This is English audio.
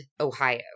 Ohio